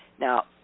Now